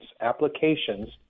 applications